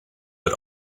but